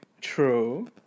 true